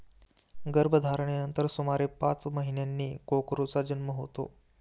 गर्भधारणेनंतर सुमारे पाच महिन्यांनी कोकरूचा जन्म होतो